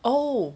oh